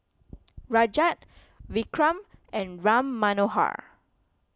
Rajat Vikram and Ram Manohar